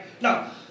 Now